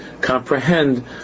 comprehend